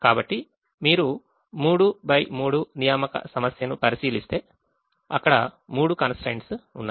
కాబట్టి మీరు 3 x 3 assignment ప్రాబ్లెమ్ను పరిశీలిస్తే అక్కడ మూడు కన్స్ ట్రైన్ట్స్ ఉన్నాయి